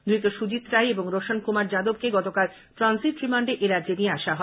ধৃত সুজিত রাই এবং রোশন কুমার যাদবকে গতকাল ট্রানজিট রিমান্ডে এরাজ্যে নিয়ে আসা হয়